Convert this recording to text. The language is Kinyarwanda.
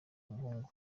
umuhungu